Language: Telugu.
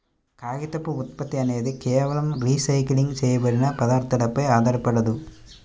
కాగితపు ఉత్పత్తి అనేది కేవలం రీసైకిల్ చేయబడిన పదార్థాలపై ఆధారపడదు